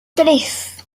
tres